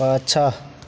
पाछाँ